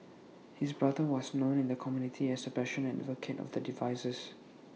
his brother was known in the community as A passionate advocate of the devices